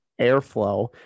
airflow